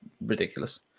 ridiculous